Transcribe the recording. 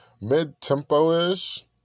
mid-tempo-ish